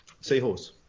Seahorse